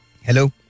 hello